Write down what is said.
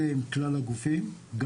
עם כלל הגופים במסגרת תוכנית החומש.